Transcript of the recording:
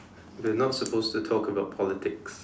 we are not supposed to talk about politics